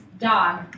Dog